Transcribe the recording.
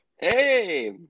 Hey